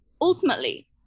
ultimately